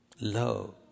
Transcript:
love